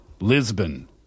Lisbon